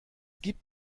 gibt